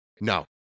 no